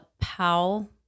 powell